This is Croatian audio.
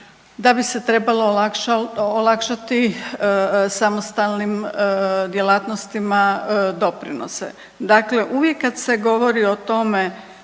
da bi se trebalo olakšati samostalnim djelatnostima doprinose. Dakle, uvijek kad se govori o tome